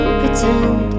pretend